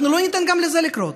אנחנו לא ניתן גם לזה לקרות.